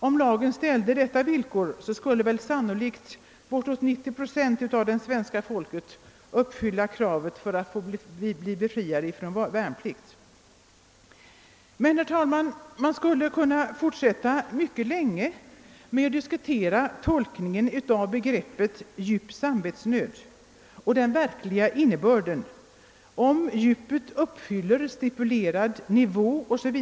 Om lagen ställde detta villkor skulle sannolikt bortåt 90 procent av svenska folket uppfylla kravet för att bli befriad från värnplikt. Man skulle kunna fortsätta länge med att diskutera tolkningen av begreppet »djup samvetsnöd» och den verkliga innebörden därav, om djupet är av stipulerad nivå 0. s. v.